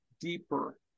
deeper